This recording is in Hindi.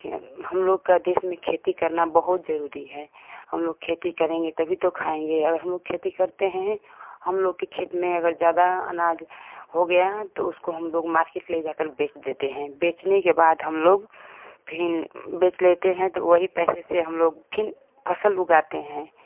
हम लोग का देश में खेती करना बहुत ज़रूरी है हम लोग खेती करेंगे तभी तो खाएंगे अगर हम लोग खेती करते हैं हम लोग के खेत में अगर ज़्यादा अनाज हो गया है तो उसको हम लोग मार्केट ले जाकर बेच देते हैं बेचने के बाद हम लोग फिर बेच लेते हैं तो वही पैसे से हम लोग फिर फसल उगाते हैं